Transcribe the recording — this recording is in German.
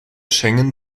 schengen